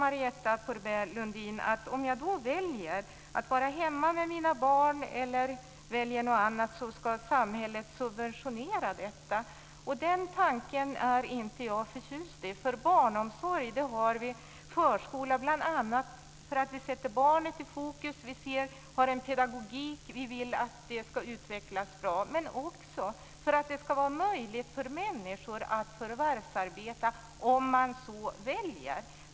Marietta de Pourbaix-Lundin säger: Om jag väljer att vara hemma med mina barn eller väljer något annat ska samhället subventionera detta. Den tanken är inte jag förtjust i. Barnomsorg, bl.a. förskola, har vi för att vi sätter barnet i fokus. Vi har en pedagogik och vill att barnet ska utvecklas bra. Men vi har det också för att det ska vara möjligt för människor att förvärvsarbeta, om de så väljer.